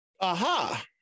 Aha